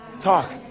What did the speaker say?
Talk